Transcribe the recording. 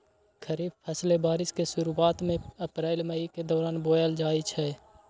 खरीफ फसलें बारिश के शुरूवात में अप्रैल मई के दौरान बोयल जाई छई